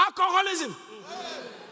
alcoholism